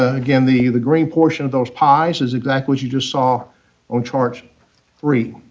again, the the green portion of those pies is exactly what you just saw on chart three.